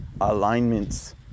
alignments